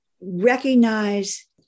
recognize